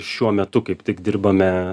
šiuo metu kaip tik dirbame